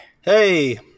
Hey